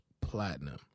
platinum